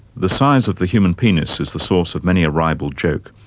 the size of the human penis is the source of many a ribald joke.